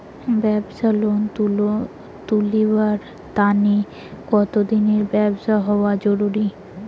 ব্যাবসার লোন তুলিবার তানে কতদিনের ব্যবসা হওয়া জরুরি?